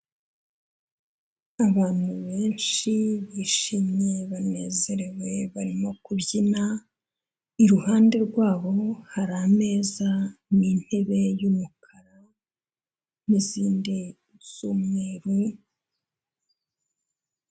Abantu benshi bishimye banezerewe barimo kubyina, iruhande rwabo hari ameza n'intebe y'umukara n'izindi z'umweru.